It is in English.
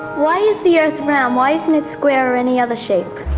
why is the earth round? why isn't it square or any other shape?